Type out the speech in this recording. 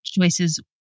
choices